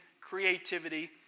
creativity